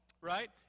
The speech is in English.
right